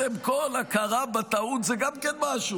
אוה, קודם כול הכרה בטעות זה גם כן משהו,